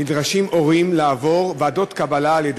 ההורים נדרשים לעבור ועדות קבלה על-ידי